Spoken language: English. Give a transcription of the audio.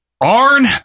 Arn